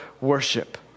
worship